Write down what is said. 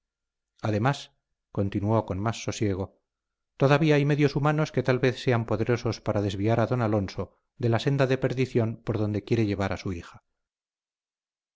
además continuó con más sosiego todavía hay medios humanos que tal vez sean poderosos a desviar a don alonso de la senda de perdición por donde quiere llevar a su hija